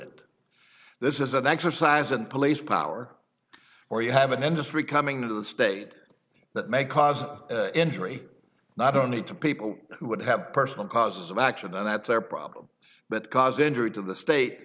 it this is an exercise in police power or you have an industry coming to the state that may cause injury not only to people who would have personal cause of action and that's their problem but cause injury to the state